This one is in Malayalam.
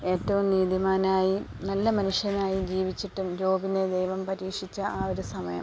ഏറ്റവും നീതിമാനായി നല്ല മനുഷ്യനായി ജീവിച്ചിട്ടും ജോബിനെ ദൈവം പരീക്ഷിച്ച ആ ഒരു സമയം